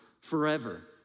forever